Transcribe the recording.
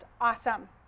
awesome